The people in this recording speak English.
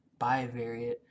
bivariate